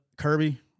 Kirby